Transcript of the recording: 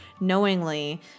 knowingly